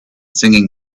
singing